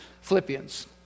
Philippians